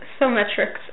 SoMetrics